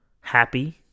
happy